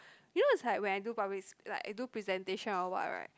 you know it's like when I do public sp~ like I do presentation or what right